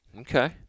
Okay